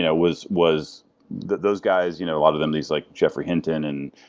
yeah was was those guys, you know a lot of them, these like geoffrey hinton and,